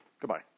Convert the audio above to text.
Goodbye